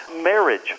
marriage